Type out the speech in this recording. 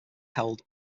held